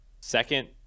second